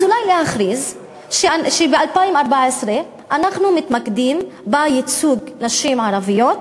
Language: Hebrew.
אז אולי להכריז שב-2014 אנחנו מתמקדים בייצוג נשים ערביות,